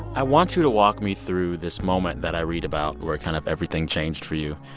i want you to walk me through this moment that i read about where it kind of everything changed for you.